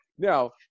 Now